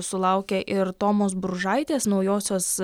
sulaukia ir tomos bružaitės naujosios